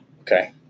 Okay